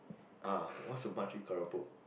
ah what's a makcik keropok